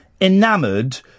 enamoured